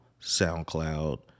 SoundCloud